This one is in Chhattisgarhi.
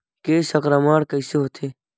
के संक्रमण कइसे होथे?